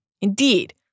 Indeed